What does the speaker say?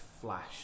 flash